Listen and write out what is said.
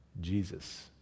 Jesus